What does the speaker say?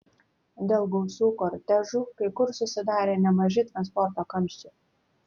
dėl gausių kortežų kai kur susidarė nemaži transporto kamščiai